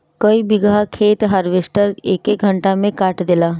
कई बिगहा खेत हार्वेस्टर एके घंटा में काट देला